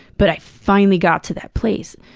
but i finally got to that place.